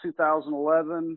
2011